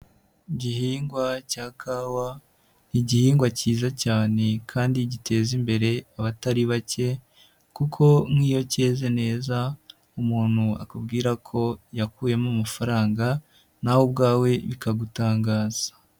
lgihingwa cya kawa ,igihingwa cyiza cyane kandi giteza imbere abatari bake ,kuko nk'iyo cyeze neza umuntu akubwira ko yakuyemo amafaranga, na we ubwawe bikagutangaza.